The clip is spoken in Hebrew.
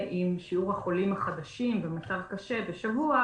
אם שיעור החולים החדשים במצב קשה בשבוע,